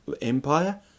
empire